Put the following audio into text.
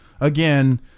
Again